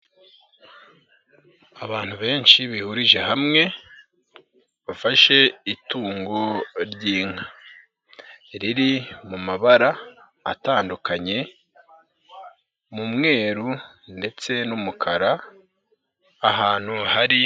Abantu benshi bihurije hamwe, bafashe itungo ry'inka, riri mu mabara atandukanye, mu mweru ndetse n'umukara, ahantu hari.